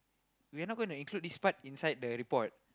we're not gonna include this part inside the report